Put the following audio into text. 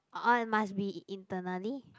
orh it must be internally